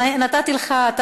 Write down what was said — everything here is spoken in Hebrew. אני בדרך כלל עומד בזמנים.